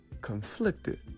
conflicted